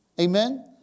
Amen